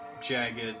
jagged